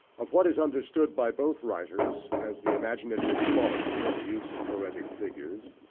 of what is understood by both writers as the imaginative quality in the use of poetic figures,